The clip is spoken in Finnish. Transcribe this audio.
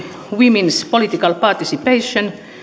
womens political participation